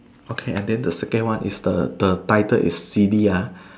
okay and then the second one is the the title is silly ah